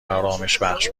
آرامشبخش